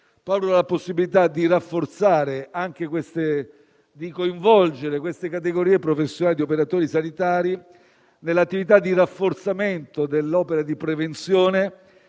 clausole la possibilità di coinvolgere queste categorie professionali e di operatori sanitari nell'attività di rafforzamento dell'opera di prevenzione